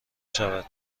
شود